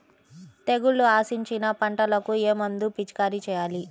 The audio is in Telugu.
తెగుళ్లు ఆశించిన పంటలకు ఏ మందు పిచికారీ చేయాలి?